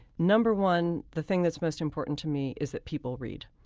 number one the thing that's most important to me is that people read.